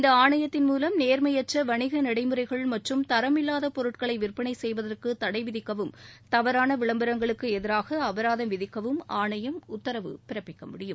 இந்த ஆணையத்தின் மூலம் நேர்மையற்ற வணிக நடைமுறைகள் மற்றும் தரமில்லாத பொருட்களை விற்பனை செய்வதற்கு தனட விதிக்கவும் தவறனா விளம்பரங்களுக்கு எதிராக அபராதம் விதிக்கவும் ஆணையம் உத்தரவு பிறப்பிக்க முடியும்